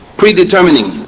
predetermining